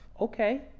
Okay